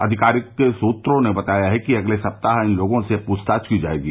आधिकारिक सूत्रों ने बताया है कि अगले सप्ताह इन लोगों से पूछताछ की जाएगी